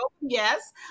yes